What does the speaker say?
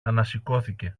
ανασηκώθηκε